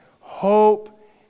Hope